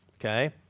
Okay